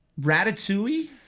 Ratatouille